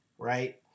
Right